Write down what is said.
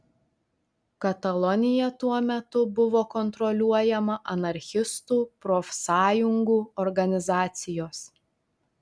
katalonija tuo metu buvo kontroliuojama anarchistų profsąjungų organizacijos